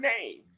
name